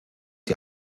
die